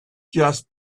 just